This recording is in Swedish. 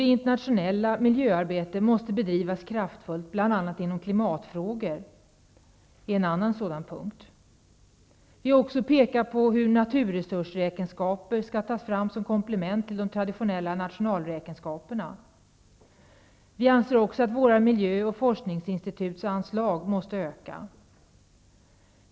Det internationella miljöarbetet måste bedrivas kraftfullt, bl.a. när det gäller klimatfrågor, vilket är en annan sådan punkt. Vi har också pekat på hur naturresursräkenskaper skall tas fram som komplement till de traditionella nationalräkenskaperna. Vi anser även att anslagen till instituten för miljöforskning måste öka.